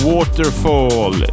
Waterfall